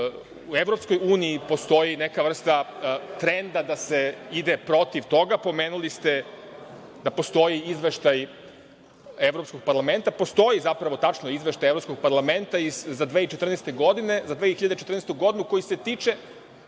u EU postoji neka vrsta trenda da se ide protiv toga. Pomenuli ste da postoji izveštaj Evropskog parlamenta. Postoji zapravo, tačno je, izveštaj Evropskog parlamenta za 2014. godinu koji se tiče,